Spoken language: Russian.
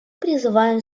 призываем